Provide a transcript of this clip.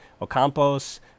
Ocampos